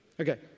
Okay